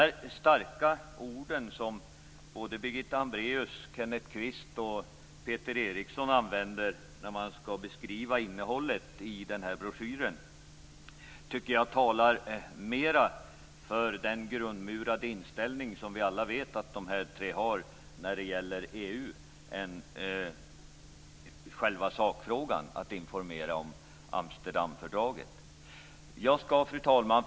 De starka ord som Birgitta Hambraeus, Kenneth Kvist och Peter Eriksson använt för att beskriva innehållet i broschyren talar mer för den grundmurade inställning som vi alla vet att dessa tre har när det gäller EU än själva sakfrågan, nämligen att informera om Amsterdamfördraget. Fru talman!